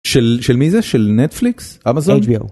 של... של מי זה? של נטפליקס? אמזון? HBO